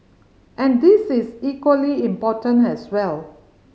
and this is equally important as well